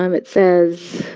um it says,